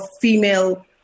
female